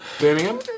Birmingham